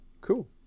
cool